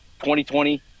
2020